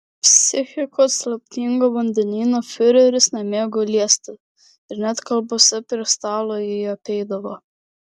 psichikos slaptingo vandenyno fiureris nemėgo liesti ir net kalbose prie stalo jį apeidavo